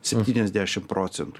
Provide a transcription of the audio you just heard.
septyniasdešim procentų